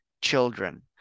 children